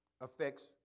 affects